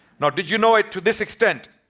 no, did you know it to this extent?